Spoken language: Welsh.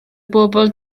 bobl